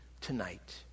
tonight